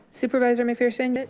supervisor mcpherson.